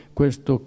questo